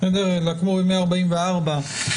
אלא כמו ב-144,